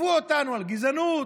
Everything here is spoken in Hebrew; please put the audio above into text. תקפו אותנו על גזענות,